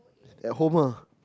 at home ah